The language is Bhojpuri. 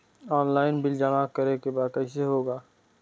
ऑनलाइन बिल जमा करे के बा कईसे होगा?